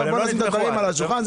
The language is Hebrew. בואו נשים את הדברים על השולחן.